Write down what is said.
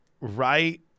right